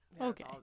Okay